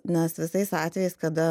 nes visais atvejais kada